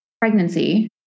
pregnancy